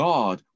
God